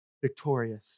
victorious